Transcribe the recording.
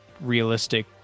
realistic